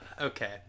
Okay